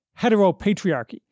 heteropatriarchy